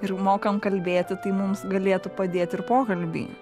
ir mokam kalbėti tai mums galėtų padėt ir pokalbiai